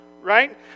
right